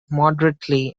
moderately